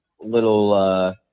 little –